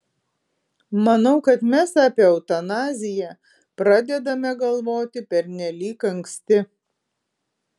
manau kad mes apie eutanaziją pradedame galvoti pernelyg anksti